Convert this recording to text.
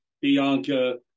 Bianca